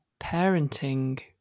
parenting